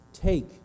Take